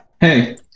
Hey